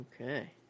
Okay